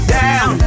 down